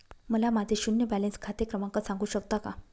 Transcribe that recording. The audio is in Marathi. मला माझे शून्य बॅलन्स खाते क्रमांक सांगू शकता का?